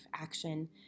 action